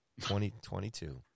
2022